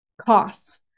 costs